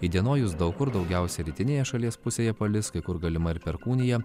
įdienojus daug kur daugiausiai rytinėje šalies pusėje palis kai kur galima ir perkūnija